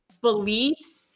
beliefs